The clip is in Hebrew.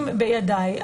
הנתונים בידיי.